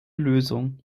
lösung